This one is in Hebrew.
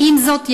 עם זאת,